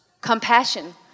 Compassion